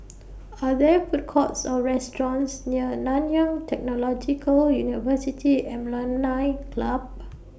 Are There Food Courts Or restaurants near Nanyang Technological University Alumni Club